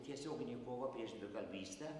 tiesioginė kova prieš dvikalbystę